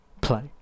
Play